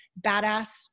badass